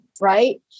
right